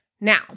Now